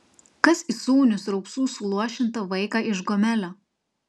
kas įsūnys raupsų suluošintą vaiką iš gomelio